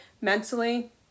mentally